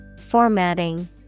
Formatting